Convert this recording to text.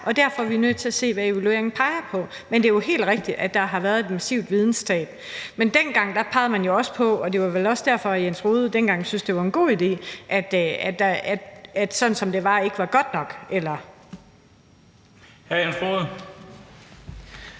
til værks. Vi er nødt til at se, hvad evalueringen peger på. Men det er jo helt rigtigt, at der har været et massivt videnstab. Men dengang pegede man jo også på – og det var vel også derfor, at hr. Jens Rohde dengang syntes, at det var en god idé – at det, sådan som det var, ikke var godt nok.